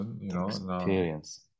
experience